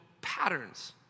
patterns